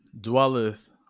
dwelleth